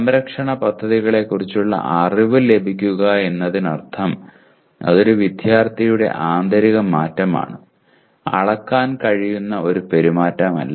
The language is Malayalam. സംരക്ഷണ പദ്ധതികളെക്കുറിച്ചുള്ള അറിവ് ലഭിക്കുക എന്നതിനർത്ഥം അത് ഒരു വിദ്യാർത്ഥിയുടെ ആന്തരിക മാറ്റമാണ് അളക്കാൻ കഴിയുന്ന ഒരു പെരുമാറ്റമല്ല